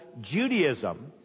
Judaism